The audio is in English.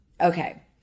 okay